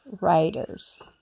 writers